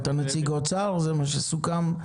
אתה נציג האוצר, זה מה שסוכם?